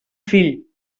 fill